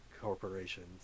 corporations